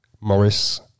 Morris